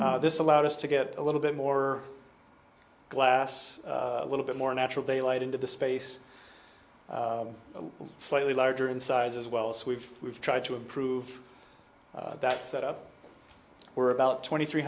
this allowed us to get a little bit more glass a little bit more natural daylight into the space of a slightly larger in size as well so we've we've tried to improve that set up we're about twenty three